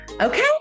Okay